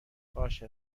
باشه